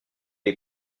les